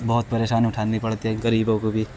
بہت پریشانی اٹھانی پڑتی ہے غریبوں کو بھی